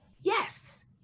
yes